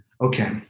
Okay